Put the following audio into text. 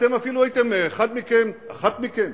אחת מכם